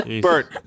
Bert